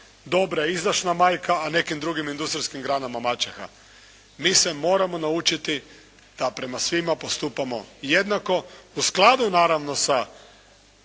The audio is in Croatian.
dobra i izdašna majka a nekim drugim industrijskim granama maćeha. Mi se moramo naučiti da prema svima postupamo jednako u skladu naravno sa